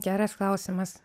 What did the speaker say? geras klausimas